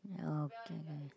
okay